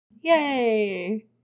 Yay